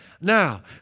Now